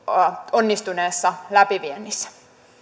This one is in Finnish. onnistuneessa läpiviennissä